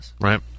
right